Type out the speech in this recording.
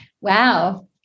Wow